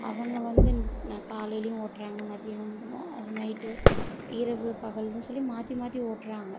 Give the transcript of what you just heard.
அவங்க வந்து என்ன காலையிலேயும் ஓட்டுறாங்க மதியமும் அது நைட்டு இரவு பகல்னு சொல்லி மாற்றி மாற்றி ஓட்டுறாங்க